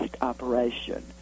operation